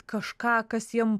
kažką kas jiem